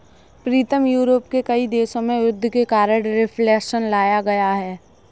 प्रीतम Europe के कई देशों में युद्ध के कारण रिफ्लेक्शन लाया गया है